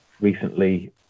recently